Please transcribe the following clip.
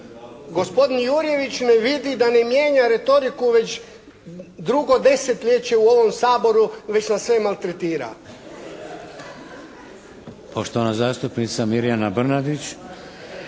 gospodin Jurjević ne vidi da ne mijenja retoriku već drugo desetljeće u ovom Saboru već nas sve maltretira. **Šeks, Vladimir (HDZ)** Poštovana zastupnica Mirjana Brnadić.